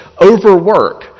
overwork